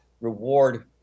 reward